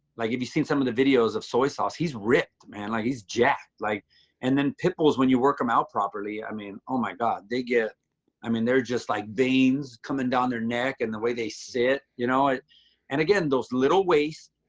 like, have you seen some of the videos of soy sauce? he's ripped, man. like he's jacked like and then pitbulls when you work them out properly, i mean, oh my god, they get i mean, they're just like veins coming down their neck and the way they sit you know and again, those little waist,